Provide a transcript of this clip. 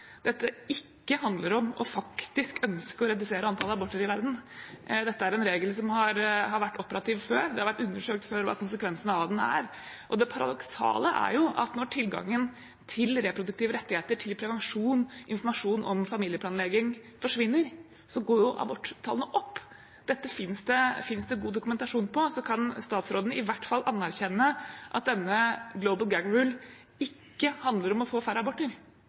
dette ikke handler om faktisk å ønske å redusere antall aborter i verden. Dette er en regel som har vært operativ før, det har vært undersøkt før hva konsekvensene av den er, og det paradoksale er jo at når tilgangen til reproduktive rettigheter, prevensjon og informasjon om familieplanlegging forsvinner, går aborttallene opp. Dette finnes det god dokumentasjon på. Så kan statsråden i hvert fall anerkjenne at denne «global gag rule» ikke handler om å få færre aborter?